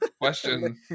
Question